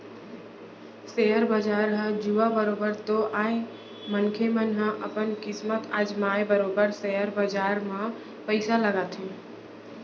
share बजार ह जुआ बरोबर तो आय मनखे मन ह अपन किस्मत अजमाय बरोबर सेयर बजार म पइसा लगाथे